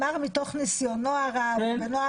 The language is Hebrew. זה 7:8, אבל זה הגיוני לפי איך קוראים לזה?